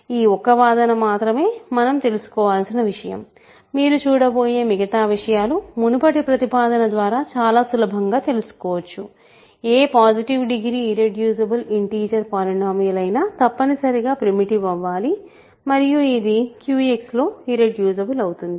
ఈ ఒక్క వాదన మాత్రమే మనం తెలుసుకోవాల్సిన విషయం మీరు చూడబోయే మిగతా విషయాలు మునుపటి ప్రతిపాదన ద్వారా చాలా సులభంగా తెలుసుకోవచ్చు ఏ positive degree irreducible integer polynomial అయినా తప్పనిసరిగా ప్రిమిటివ్ అవ్వాలి మరియు ఇది QX లో ఇర్రెడ్యూసిబుల్ అవుతుంది